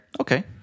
Okay